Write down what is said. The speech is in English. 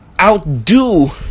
outdo